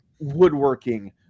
woodworking